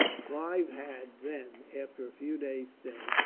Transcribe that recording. clive had, then, after a few days' stay,